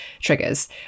triggers